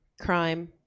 crime